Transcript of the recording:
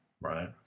right